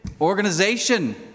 organization